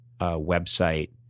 website